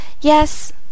Yes